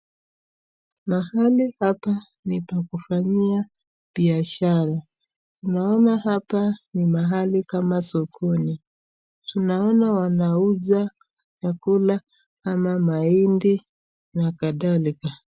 Mahali hapa ni pa kufanyia biashara. Naona hapa ni mahali kama sokoni. Tunaona wanauza chakula ama mahindi na kadhalika.